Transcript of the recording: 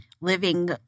living